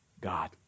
God